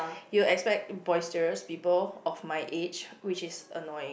you'll expect boisterous people of my age which is annoying